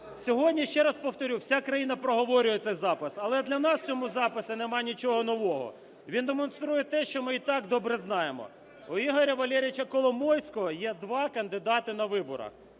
Сьогодні, ще раз повторю, вся країна проговорює цей запис, але для нас в цьому записі нема нічого нового. Він демонструє те, що ми і так добре знаємо: у Ігоря Валерійовича Коломойського є два кандидати на виборах